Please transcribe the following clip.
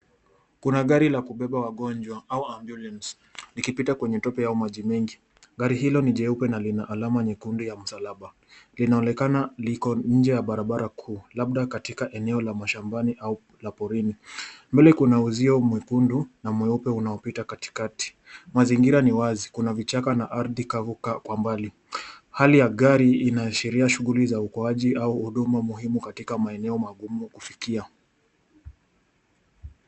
Kuna gari la kubeba wagonjwa au ambulance , likipita kwenye tope au maji mengi. Gari hilo ni jeupe na lina alama nyekundu ya msalaba. Linaonekana liko nje ya barabara kuu, labda katika eneo la mashambani au la porini. Mbele kuna uzio mwekundu na mweupe unaopita katikati. Mazingira ni wazi. Kuna vichaka na ardhi kavu kwa mbali. Hali ya inaashiria shughuli za uokoaji au huduma muhimu katika maeneo magumu kufikia.